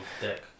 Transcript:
deck